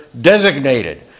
designated